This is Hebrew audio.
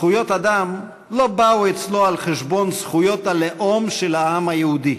זכויות אדם לא באו אצלו על חשבון זכויות הלאום של העם היהודי.